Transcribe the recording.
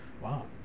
Wow